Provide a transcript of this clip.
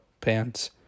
pants